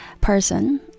person